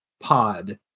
pod